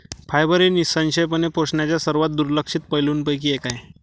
fibre हे निःसंशयपणे पोषणाच्या सर्वात दुर्लक्षित पैलूंपैकी एक आहे